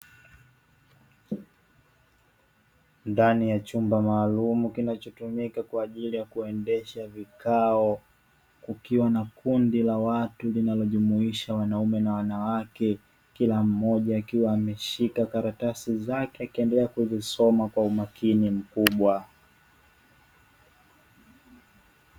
Ndani ya chumba maalumu kinachotumika kwa ajili ya kuendesha vikao, kukiwa na kundi la watu linalojumuisha wanaume na wanawake, kila mmoja akiwa ameshika karatasi zake akiendelea kuzisoma kwa umakini mkubwa.